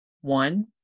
one